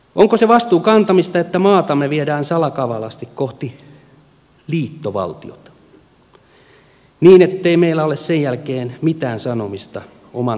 onko se vastuun kantamista että maatamme viedään salakavalasti kohti liittovaltiota niin ettei meillä ole sen jälkeen mitään sanomista oman tulevaisuutemme suhteen